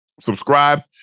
subscribe